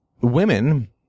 women